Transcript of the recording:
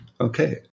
Okay